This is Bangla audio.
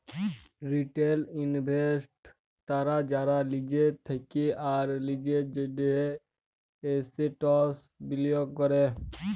রিটেল ইনভেস্টর্স তারা যারা লিজের থেক্যে আর লিজের জন্হে এসেটস বিলিয়গ ক্যরে